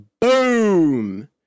Boom